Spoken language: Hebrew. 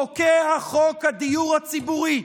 פוקע חוק הדיור הציבורי,